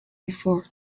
before